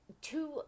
two